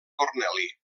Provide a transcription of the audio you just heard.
corneli